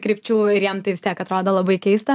krypčių ir jiem tai vis tiek atrodo labai keista